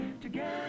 together